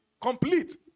complete